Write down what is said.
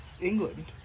England